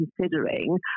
considering